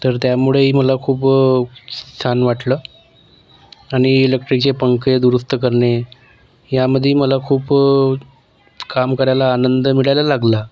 तर त्यामुळेही मला खूप छान वाटलं आणि इलेक्ट्रिकचे पंखे दुरुस्त करणे यामधेही मला खूप काम करायला आनंद मिळायला लागला